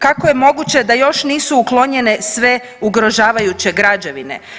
Kako je moguće da još nisu uklonjene sve ugrožavajuće građevine?